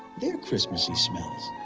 their christmassy smells?